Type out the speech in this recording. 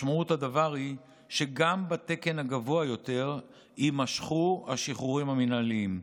משמעות הדבר היא שגם בתקן הגבוה יותר יימשכו השחרורים המינהליים.